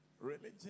religion